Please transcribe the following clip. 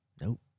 Nope